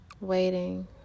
waiting